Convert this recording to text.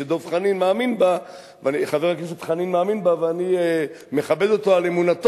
שחבר הכנסת דב חנין מאמין בה ואני מכבד אותו על אמונתו,